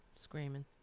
screaming